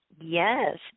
Yes